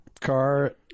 car